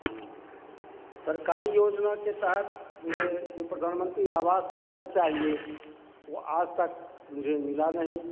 हाँ सरकारी योजना के तहत मुझे जो प्रधानमंत्री आवास मिलना चाहिए वह आज तक मुझे मिला नहीं